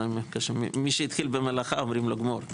מי שהתחיל במלאכה אומרים לו גמור.